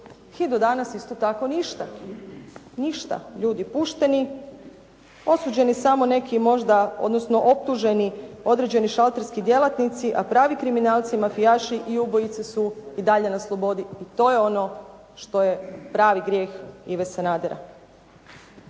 i do danas isto tako ništa. Ništa, ljudi pušteni, osuđeni samo neki možda, odnosno optuženi određeni šalterski djelatnici, a pravi kriminalci, mafijaši i ubojice su i dalje na slobodi i to je ono što je pravi grijeh Ive Sanadera.